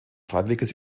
freiwilliges